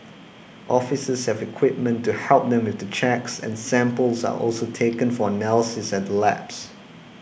officers have equipment to help them with the checks and samples are also taken for analysis at the labs